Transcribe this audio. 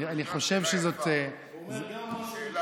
אני חושב שזאת, הוא אומר שגם מס רכישה עולה.